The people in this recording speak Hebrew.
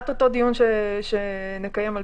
הדיון שנקיים,